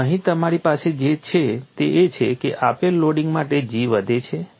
અને અહીં તમારી પાસે જે છે તે એ છે કે આપેલ લોડિંગ માટે G વધે છે